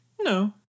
No